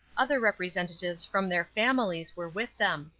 other representatives from their families were with them.